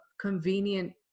convenient